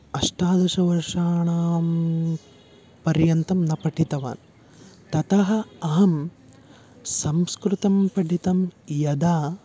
अष्टादशवर्षाणां पर्यन्तं न पठितवान् ततः अहं संस्कृतं पठितं यदा